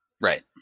Right